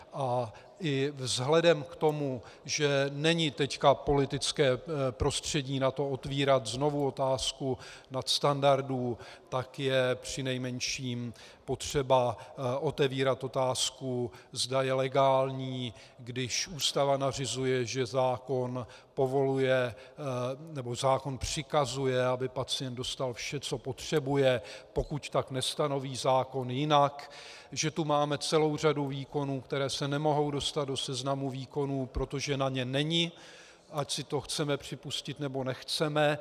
A i vzhledem k tomu, že teď není politické prostředí na to otevírat znovu otázku nadstandardů, tak je přinejmenším potřeba otevírat otázku, zda je legální, když Ústava nařizuje, že zákon přikazuje, aby pacient dostal vše, co potřebuje, pokud nestanoví zákon jinak, že tu máme celou řadu výkonů, které se nemohou dostat do seznamu výkonů, protože na ně není, ať si to chceme připustit, nebo nechceme.